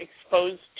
exposed